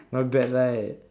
not bad right